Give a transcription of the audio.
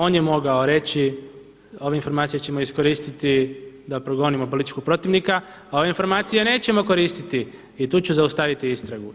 On je mogao reći ove informacije ćemo iskoristiti da progonimo političkog protivnika, a ove informacije nećemo koristiti i tu ću zaustaviti istragu.